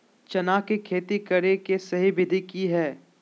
चना के खेती करे के सही विधि की हय?